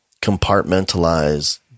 compartmentalize